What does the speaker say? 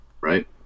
right